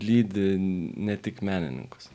lydi ne tik menininkus